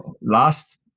last